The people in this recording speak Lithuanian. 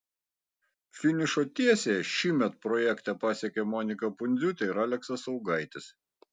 finišo tiesiąją šįmet projekte pasiekė monika pundziūtė ir aleksas augaitis